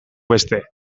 beste